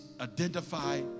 identify